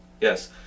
Yes